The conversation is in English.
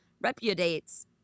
repudiates